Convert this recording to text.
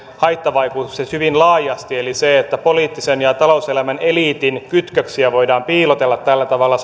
haittavaikutuksen hyvin laajasti eli sen että poliittisen ja talouselämän eliitin kytköksiä voidaan piilotella tällä tavalla